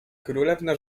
królewna